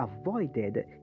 avoided